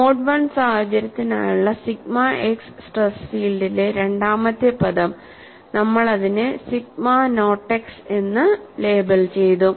mode I സാഹചര്യത്തിനായുള്ള sigma x stress ഫീൽഡിലെ രണ്ടാമത്തെ പദം നമ്മൾ അതിനെ സിഗ്മ നോട്ട് എക്സ് എന്ന് ലേബൽ ചെയ്തു